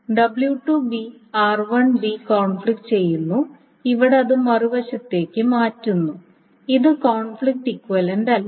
w2 r1 conflict ചെയ്യുന്നു ഇവിടെ അത് മറുവശത്തേക്ക് മാറ്റുന്നു ഇത് കോൺഫ്ലിക്റ്റ് ഇക്വിവലൻറ്റല്ല